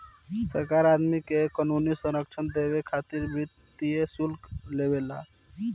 सरकार आदमी के क़ानूनी संरक्षण देबे खातिर वित्तीय शुल्क लेवे ला